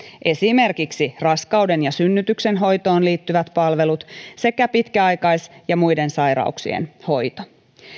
esimerkiksi raskauden ja synnytyksen hoitoon liittyvät palvelut sekä pitkäaikais ja muiden sairauksien hoito